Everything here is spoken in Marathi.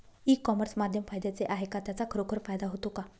ई कॉमर्स माध्यम फायद्याचे आहे का? त्याचा खरोखर फायदा होतो का?